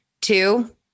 Two